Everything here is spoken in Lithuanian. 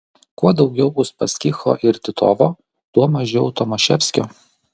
kuo daugiau uspaskicho ir titovo tuo mažiau tomaševskio